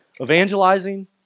evangelizing